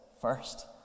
first